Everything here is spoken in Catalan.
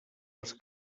les